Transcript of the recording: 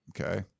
okay